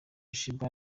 sheebah